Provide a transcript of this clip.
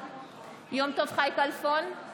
בעד יום טוב חי כלפון, בעד